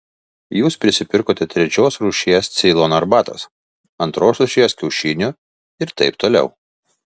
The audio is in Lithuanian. jūs prisipirkote trečios rūšies ceilono arbatos antros rūšies kiaušinių ir taip toliau